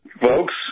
folks